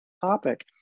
topic